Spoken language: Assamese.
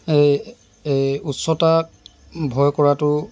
এই এই উচ্চতাক ভয় কৰাতো